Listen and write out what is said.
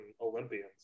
olympians